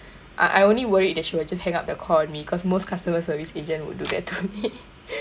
I I only worried that she will just hang up the call on me cause most customer service agent would do that to me